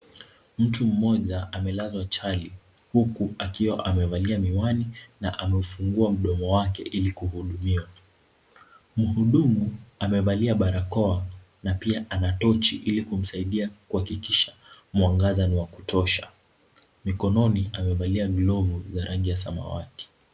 Mtu mmoja amelazwa chali huku akiwa amevalia miwani na amefungua mdomo wake ili kuhudumiwa. Mhudumu amevalia barakoa na pia ana tochi ili kumsaidia kuhakikisha mwangaza ni wa kutosha. Mikononi amevalia glovu za rangi ya samawati.